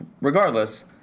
Regardless